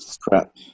Crap